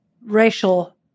racial